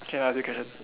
k I ask you question